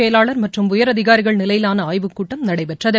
செயலாளர் மற்றும் உயரதிகாரிகள் நிலையிலான ஆய்வுக்கூட்டம் நடைபெற்றது